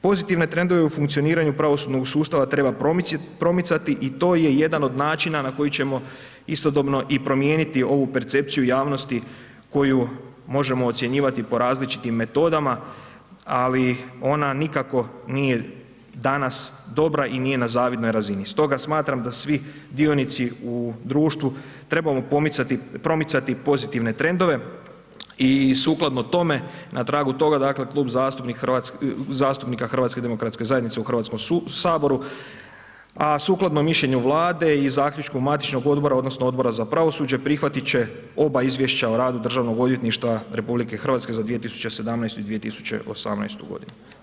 Pozitivne trendove u funkcioniranju pravosudnog sustava treba promicati i to je jedan od način na koji ćemo istodobno i promijeniti ovu percepciju javnosti koju možemo ocjenjivati po različitim metodama ali ona nikako nije danas dobra i nije na zavidnoj razini stoga smatram da svi dionici u društvu trebamo promicati pozitivne trendove i sukladno tome, na tragu toga dakle, Klub zastupnika HDZ-a u Hrvatskom saboru a sukladno mišljenju Vlade i zaključku matičnog odbora odnosno Odbora za pravosuđe, prihvatit će oba izvješća o radu Državnog odvjetništva RH za 2017. i 2018. godinu.